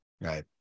Right